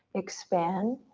expand.